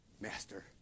master